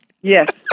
Yes